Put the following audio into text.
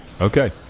okay